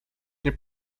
nie